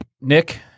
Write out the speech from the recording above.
Nick